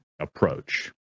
approach